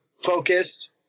focused